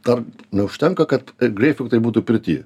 tam neužtenka kad greifruktai būtų pirty